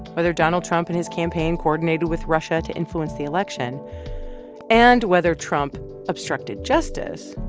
whether donald trump in his campaign coordinated with russia to influence the election and whether trump obstructed justice,